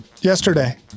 yesterday